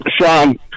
Sean